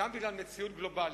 גם בגלל מציאות גלובלית,